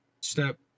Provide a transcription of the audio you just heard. step